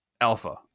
alpha